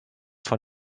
von